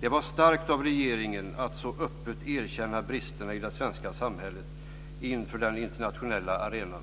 Det var starkt av regeringen att så öppet erkänna bristerna i det svenska samhället inför den internationella arenan,